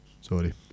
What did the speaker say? Sorry